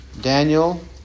Daniel